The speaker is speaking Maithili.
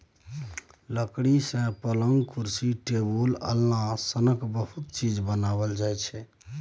लकड़ी सँ पलँग, कुरसी, टेबुल, अलना सनक बहुत चीज बनाएल जाइ छै